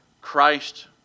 Christ